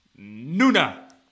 Nuna